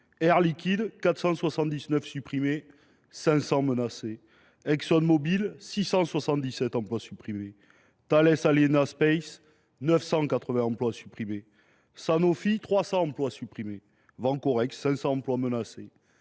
Air Liquide : 479 emplois supprimés, 500 menacés ; ExxonMobil : 677 emplois supprimés ; Thales Aliena Space : 980 emplois supprimés ; Sanofi : 300 emplois supprimés ; Vencorex : 500 emplois menacés